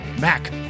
mac